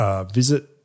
visit